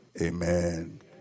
Amen